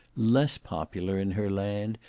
less popular in her land,